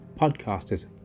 podcasters